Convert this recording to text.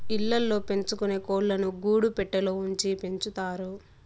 ఇళ్ళ ల్లో పెంచుకొనే కోళ్ళను గూడు పెట్టలో ఉంచి పెంచుతారు